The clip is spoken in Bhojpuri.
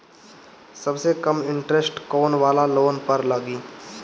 सबसे कम इन्टरेस्ट कोउन वाला लोन पर लागी?